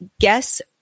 guess